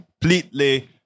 Completely